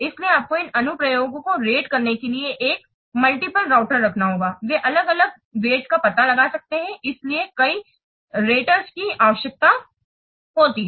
इसलिए आपको इन अनुप्रयोगों को रेट करने के लिए एक मल्टीपल राउटर रखना होगा वे अलग अलग वज़न का पता लगा सकते हैं इसलिए कई raters की आवश्यकता होती है